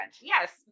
yes